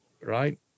Right